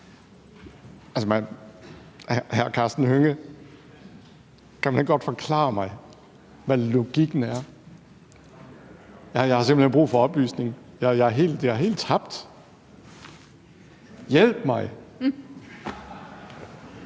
Kan hr. Karsten Hønge ikke godt forklare mig, hvad logikken er? Jeg har simpelt hen brug for oplysning, jeg er helt fortabt – hjælp mig!